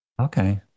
Okay